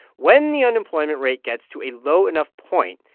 when the unemployment rate gets to a low enough point,